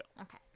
Okay